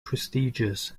prestigious